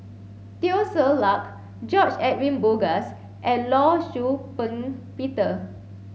Teo Ser Luck George Edwin Bogaars and Law Shau Ping Peter